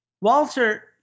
Walter